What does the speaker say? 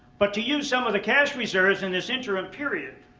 but to use some of the cash reserves in this interim period